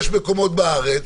יש מקומות בארץ,